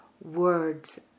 words